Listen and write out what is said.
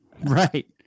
right